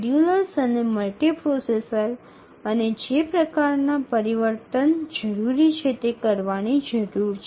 scheduler এবং মাল্টিপ্রসেসরের প্রয়োজনীয় ধরণের পরিবর্তনগুলি করা উচিত